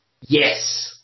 Yes